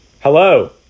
Hello